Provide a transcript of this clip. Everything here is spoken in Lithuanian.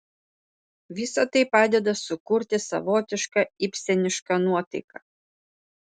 visa tai padeda sukurti savotišką ibsenišką nuotaiką